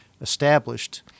established